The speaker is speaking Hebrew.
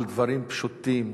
על דברים פשוטים,